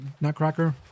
Nutcracker